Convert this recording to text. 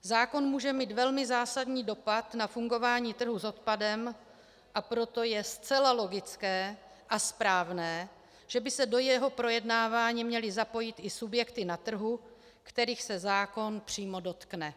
Zákon může mít velmi zásadní dopad na fungování trhu s odpadem, a proto je zcela logické a správné, že by se do jeho projednávání měly zapojit i subjekty na trhu, kterých se zákon přímo dotkne.